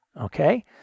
Okay